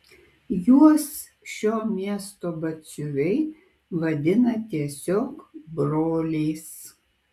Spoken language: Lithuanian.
juos šio miesto batsiuviai vadina tiesiog broliais